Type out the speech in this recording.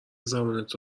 زبونت